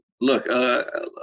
look –